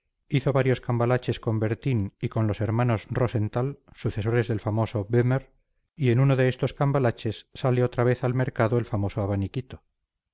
hizo varios cambalaches con bertín y con los hermanos rosenthal sucesores del famoso bhmer y en uno de estos cambalaches sale otra vez al mercado el famoso abaniquito